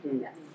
Yes